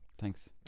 Thanks